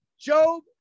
Job